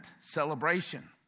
celebration